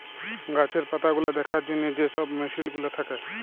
গাহাচের পাতাগুলা দ্যাখার জ্যনহে যে ছব মেসিল গুলা থ্যাকে